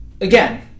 Again